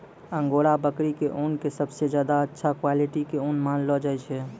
angora बकरी के ऊन कॅ सबसॅ ज्यादा अच्छा क्वालिटी के ऊन मानलो जाय छै